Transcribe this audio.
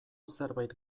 zerbait